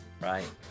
Right